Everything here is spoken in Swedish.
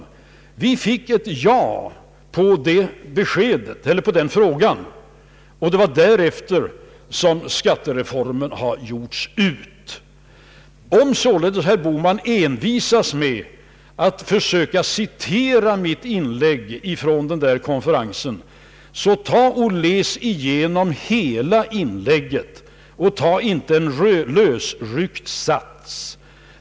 Vi fick ett ja på denna fråga, och det var därefter som skattereformen utarbetades. Om således herr Bohman envisas med att försöka citera mitt inlägg från denna konferens, så läs igenom hela inlägget och ta inte en lösryckt sats.